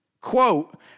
Quote